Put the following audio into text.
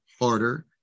harder